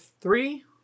three